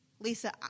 Lisa